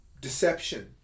deception